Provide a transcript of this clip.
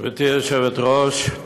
שנייה ולקריאה שלישית: